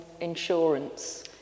insurance